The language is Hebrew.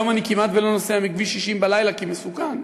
היום אני כמעט לא נוסע בכביש 60 בלילה כי מסוכן,